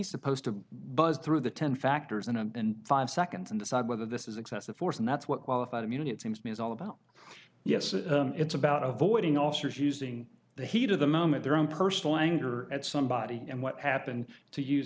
supposed to bust through the ten factors and five seconds and decide whether this is excessive force and that's what qualified immunity it seems to me is all about yes it's about avoiding officers using the heat of the moment their own personal anger at somebody and what happened to use